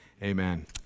Amen